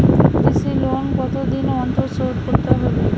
কৃষি লোন কতদিন অন্তর শোধ করতে হবে?